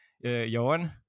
Johan